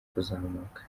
kuzamuka